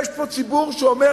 יש פה ציבור שאומר,